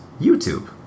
YouTube